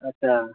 आटसा